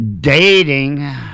dating